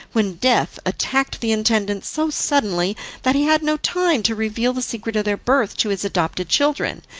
when death attacked the intendant so suddenly that he had no time to reveal the secret of their birth to his adopted children,